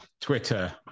Twitter